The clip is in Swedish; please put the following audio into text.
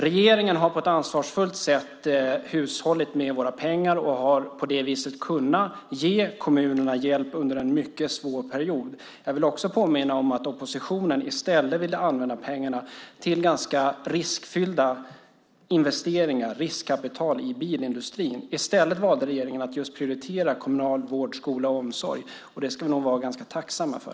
Regeringen har på ett ansvarsfullt sätt hushållat med våra pengar och har på det sättet kunnat ge kommunerna hjälp under en mycket svår period. Jag vill också påminna om att oppositionen i stället ville använda pengarna till ganska riskfyllda investeringar, riskkapital i bilindustrin. I stället valde regeringen att just prioritera vård, skola och omsorg. Det ska vi nog vara ganska tacksamma för.